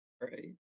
Right